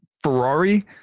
Ferrari